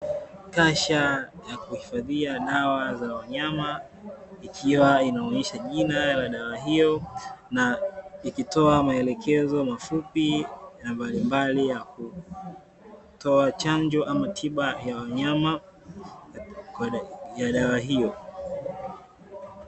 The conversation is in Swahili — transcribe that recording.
Kasha la kuhifadhia dawa za wanyama, ikiwa inaonyesha jina la dawa hiyo na ikitoa maelekezo mafupi, na mbalimbali ya kutoa chanjo ama tiba ya wanyama ya dawa hiyo.